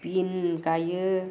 बिन गायो